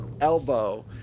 elbow